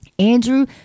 Andrew